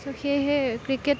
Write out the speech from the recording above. চ' সেয়েহে ক্ৰিকেট